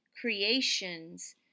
creations